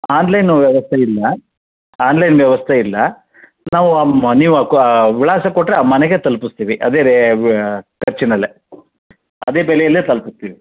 online ವ್ಯವಸ್ಥೆ ಇಲ್ಲ online ವ್ಯವಸ್ಥೆ ಇಲ್ಲ ನಾವು ಮನೆ ಕ ವಿಳಾಸ ಕೊಟ್ಟರೆ ಮನೆಗೇ ತಲುಪಿಸ್ತೀವಿ ಅದೇ ಖರ್ಚಿನಲ್ಲೇ ಅದೇ ಬೆಲೆಯಲ್ಲೇ ತಲುಪಿಸ್ತೀವಿ